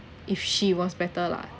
if she was better lah